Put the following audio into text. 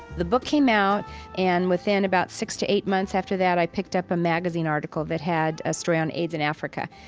the book came out and within about six to eight months after that, i picked up a magazine article that had a story on aids in africa.